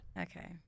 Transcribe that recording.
Okay